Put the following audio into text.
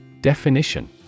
Definition